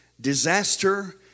disaster